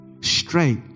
straight